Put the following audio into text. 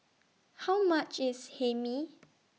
How much IS Hae Mee